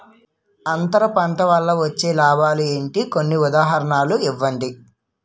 అంతర పంట వల్ల వచ్చే లాభాలు ఏంటి? కొన్ని ఉదాహరణలు ఇవ్వండి?